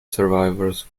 survivors